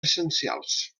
essencials